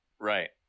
Right